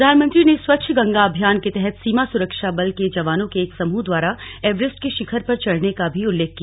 प्रधानमंत्री ने स्वच्छ गंगा अभियान के तहत सीमा सुरक्षाबल के जवानों के एक समूह द्वारा एवरेस्ट के शिखर पर चढने का भी उल्लेख किया